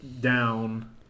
down